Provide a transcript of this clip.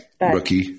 rookie